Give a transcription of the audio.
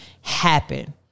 happen